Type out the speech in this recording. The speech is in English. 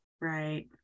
Right